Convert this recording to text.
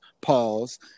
Pause